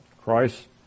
Christ